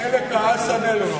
מילא כעס עלינו,